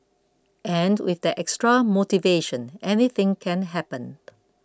and with that extra motivation anything can happen